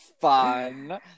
fun